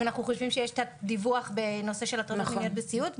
אם אנחנו חושבים שיש תת דיווח בנושא של הטרדות מיניות בסיעוד,